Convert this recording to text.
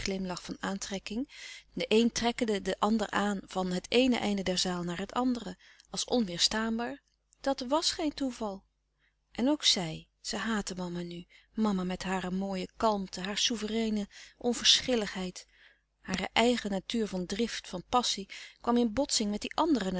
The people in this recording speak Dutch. glimlach van aantrekking de een trekkende den ander aan van het eene einde der zaal naar het andere als onweêrstaanbaar dat was geen toeval en ook zij ze haatte mama nu mama met hare mooie kalmte hare souvereine onverschilligheid hare eigen natuur van drift van passie kwam in botsing met die andere